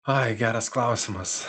ai geras klausimas